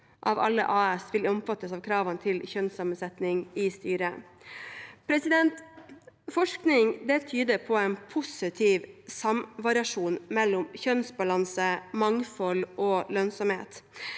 av alle AS-er vil omfattes av kravene til kjønnssammensetning i styret. Forskning tyder på en positiv samvariasjon mellom kjønnsbalanse, mangfold og lønnsomhet.